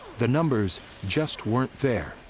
the numbers just weren't there.